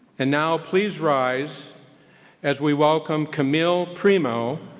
and now please rise as we welcome camille primeau,